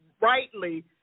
rightly